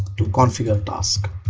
to configure task.